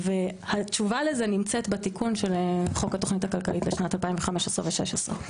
והתשובה לזה נמצאת בתיקון של חוק התוכנית הכלכלית לשנת 2015 ו-2016.